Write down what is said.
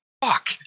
fuck